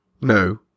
No